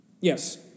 Yes